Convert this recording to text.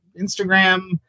Instagram